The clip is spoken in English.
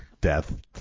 death